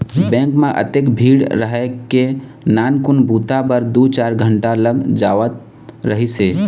bank म अतेक भीड़ रहय के नानकुन बूता बर दू चार घंटा लग जावत रहिस हे